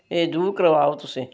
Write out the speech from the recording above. ਇਹ ਜ਼ਰੂਰ ਕਰਵਾਓ ਤੁਸੀਂ